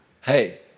hey